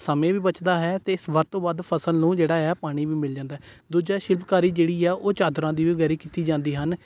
ਸਮੇਂ ਵੀ ਬਚਦਾ ਹੈ ਅਤੇ ਇਸ ਵੱਧ ਤੋਂ ਵੱਧ ਫਸਲ ਨੂੰ ਜਿਹੜਾ ਆ ਪਾਣੀ ਵੀ ਮਿਲ ਜਾਂਦਾ ਦੂਜਾ ਸ਼ਿਲਪਕਾਰੀ ਜਿਹੜੀ ਆ ਉਹ ਚਾਦਰਾਂ ਦੀ ਵੀ ਗੈਰੀ ਕੀਤੀ ਜਾਂਦੀ ਹਨ